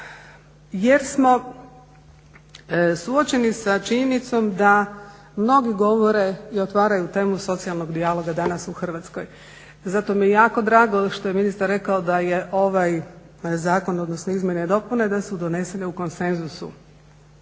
jer smo suočeni sa činjenicom da mnogi govore i otvaraju temu socijalnog dijaloga danas u Hrvatskoj. Zato mi je jako drago što je ministar rekao da je ovaj zakon, odnosno izmjene i dopune da su donesene u konsenzusu